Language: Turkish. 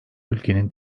ülkenin